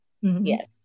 yes